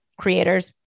creators